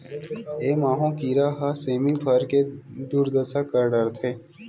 ए माहो कीरा ह सेमी फर के दुरदसा कर डरथे